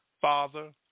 Father